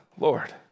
Lord